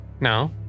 No